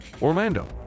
Orlando